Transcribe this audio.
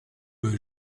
pas